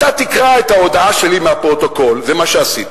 אתה תקרא את ההודעה שלי בפרוטוקול" זה מה שעשיתי,